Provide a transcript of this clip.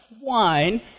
wine